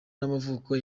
n’amavuko